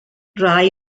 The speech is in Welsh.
rai